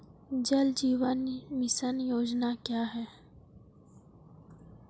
जल जीवन मिशन योजना क्या है?